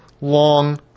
long